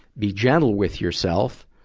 be gentle with yourself.